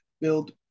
build